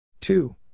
two